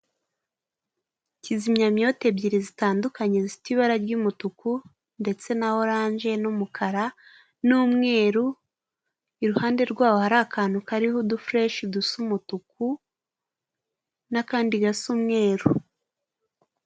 Kizimyamyoto ebyiri zitandukanye zifite ibara ry'umutuku ndetse na oranje n'umukara n'umweru, iruhande rwaho hari akantu kariho udufureshi dusa umutuku n'akandi gasa umweru.